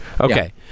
Okay